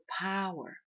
power